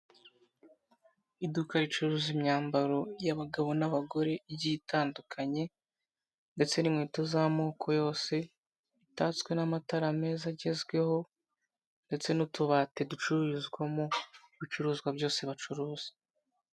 Iduka ricuruza imyambaro y'abagabo n'abagore igiye itandukanye,, ndetse n'inkweto z'amoko yose, itatswe n'amatara meza agezweho ndetse n'utubati ducururizwamo ibicuruzwa byose bacuruza.